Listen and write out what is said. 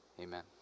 Amen